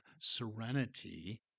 serenity